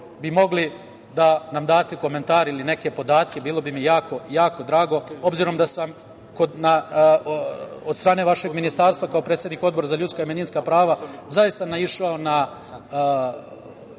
bi mogli da nam date komentare ili neke podatke bilo bi mi jako drago, obzirom da sam od strane vašeg ministarstva kao predsednik Odbora za ljudska i manjinska prava zaista naišao na